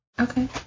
Okay